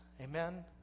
Amen